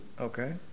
Okay